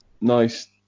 nice